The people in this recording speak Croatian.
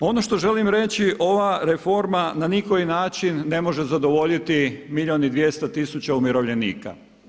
Ono što želim reći, ova reforma na nikoji način ne može zadovoljiti milijun i 200 tisuća umirovljenika.